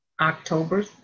October